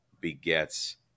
begets